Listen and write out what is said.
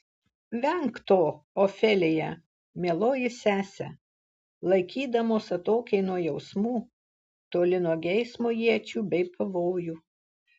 venk to ofelija mieloji sese laikydamos atokiai nuo jausmų toli nuo geismo iečių bei pavojų